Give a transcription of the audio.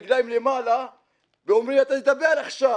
רגליים למעלה והיו אומרים לי: תדבר עכשיו,